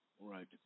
Right